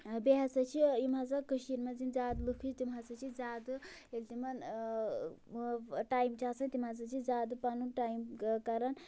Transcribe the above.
بیٚیہِ ہسا چھِ یِم ہسا کٔشیٖرِ منٛز یِم زیادٕ لُکھ چھِ تِم ہسا چھِ زیادٕ ییٚلہِ تِمَن ٹایِم چھِ آسان تِم ہسا چھِ زیادٕ پَنُن ٹایِم کران